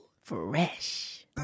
Fresh